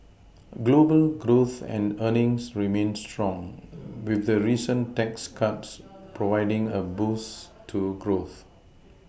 global growth and earnings remain strong with the recent tax cuts providing a boost to growth